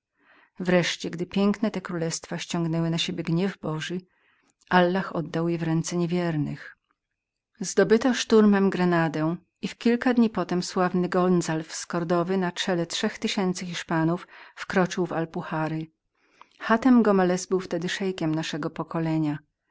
wreszcie gdy piękne te królestwa ściągnęły na siebie gniew boży allah podał je w ręce niewiernych dobyto szturmem grenady i w kilka dni potem sławny gonzalw z kordowy na czele trzech tysięcy hiszpanów wkroczył w alpuhary hatem gomelez był wtedy szeikiem naszego pokolenia